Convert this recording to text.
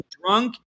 drunk